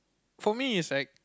for me it's like